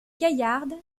gaillarde